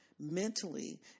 Mentally